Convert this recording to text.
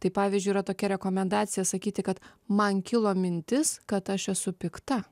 tai pavyzdžiui yra tokia rekomendacija sakyti kad man kilo mintis kad aš esu pikta